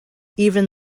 even